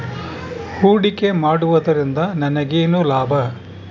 ಹೂಡಿಕೆ ಮಾಡುವುದರಿಂದ ನನಗೇನು ಲಾಭ?